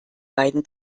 beiden